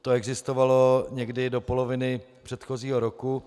To existovalo někdy do poloviny předchozího roku.